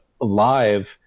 live